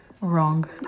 wrong